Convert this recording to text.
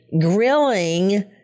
grilling